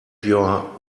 your